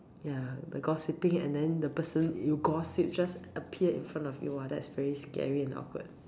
ya the gossiping and then the person you gossip just appear in front of you !wah! that's very scary and awkward